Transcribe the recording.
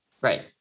Right